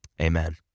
amen